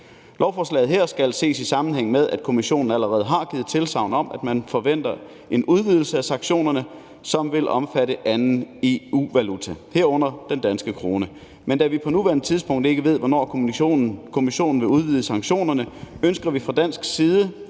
Lovforslaget her skal ses i sammenhæng med, at Kommissionen allerede har givet tilsagn om, at man forventer en udvidelse af sanktionerne, som vil omfatte anden EU-valuta, herunder den danske krone. Men da vi på nuværende tidspunkt ikke ved, hvornår Kommissionen vil udvide sanktionerne, ønsker vi fra dansk side